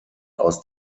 aus